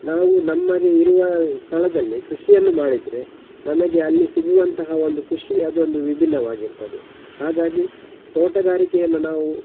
ನಾವು ನಮಗೆ ಇರುವ ಸ್ಥಳದಲ್ಲಿ ಕೃಷಿಯನ್ನು ಮಾಡಿದರೆ ನಮಗೆ ಅಲ್ಲಿ ಸಿಗುವಂತಹ ಒಂದು ಖುಷಿ ಅದೊಂದು ವಿಭಿನ್ನವಾಗಿರ್ತದೆ ಹಾಗಾಗಿ ತೋಟಗಾರಿಕೆಯನ್ನು ನಾವು